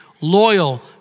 Loyal